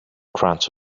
crunch